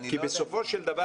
בסופו של דבר